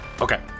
Okay